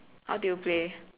how do you play